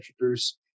introduce